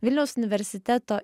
vilniaus universiteto